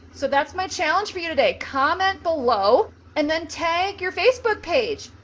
so that's my challenge for you today. comment below and then tag your facebook page.